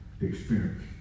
experience